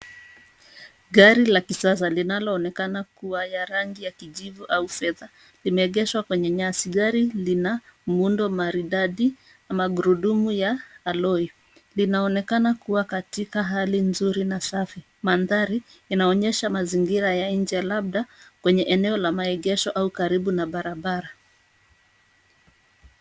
Gari la kisasa linaloonekana kuwa ya rangi ya kijivu au fedha limeegeshwa kwenye nyasi. Gari lina muundo maridadi, magurudumu ya aloi, linaonekana kuwa katika hali nzuri na safi. Mandhari inaonyesha mazingira ya nje labda kwenye eneo ya maegesho au karibu na barabara.